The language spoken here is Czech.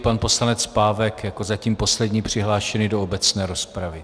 Pan poslanec Pávek jako zatím poslední přihlášený do obecné rozpravy.